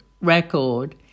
record